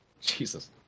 Jesus